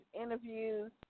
interviews